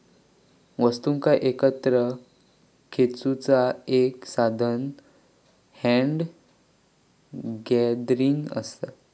वस्तुंका एकत्र खेचुचा एक साधान हॅन्ड गॅदरिंग असा